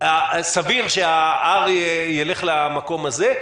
סביר שה-R ילך למקום הזה,